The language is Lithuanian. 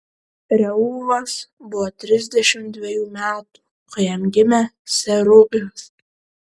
reuvas buvo trisdešimt dvejų metų kai jam gimė serugas